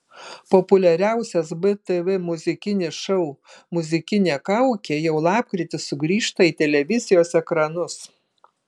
populiariausias btv muzikinis šou muzikinė kaukė jau lapkritį sugrįžta į televizijos ekranus